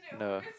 no